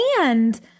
And-